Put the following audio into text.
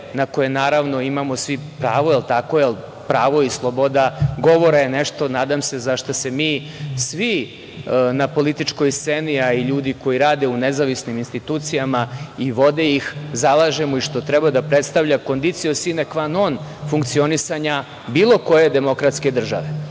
na koje, naravno, imamo svi pravo, jel tako, pravo i slobodan govora je nešto, nadam se, za šta se mi svi na političkoj sceni, a i ljudi koji rade u nezavisnim institucijama i vode ih, zalažemo i što treba da predstavlja „Conditio sine qua non“ funkcionisanja bilo koje demokratske države. Sada,